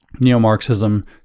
Neo-Marxism